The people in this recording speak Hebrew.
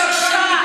איזו בושה,